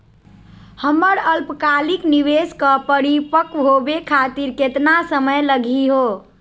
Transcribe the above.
हमर अल्पकालिक निवेस क परिपक्व होवे खातिर केतना समय लगही हो?